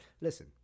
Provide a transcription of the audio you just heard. Listen